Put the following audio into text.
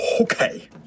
okay